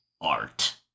art